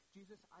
Jesus